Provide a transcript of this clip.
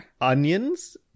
onions